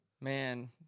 Man